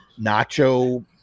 Nacho